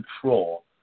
control